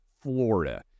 Florida